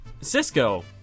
Cisco